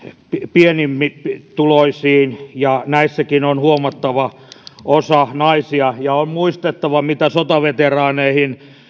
pienituloisimpiin ja näissäkin on huomattava osa naisia ja on muistettava mitä sotaveteraaneihin